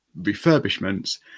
refurbishments